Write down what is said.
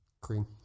cream